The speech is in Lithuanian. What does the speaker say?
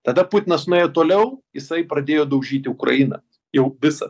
tada putinas nuėjo toliau jisai pradėjo daužyti ukrainą jau visą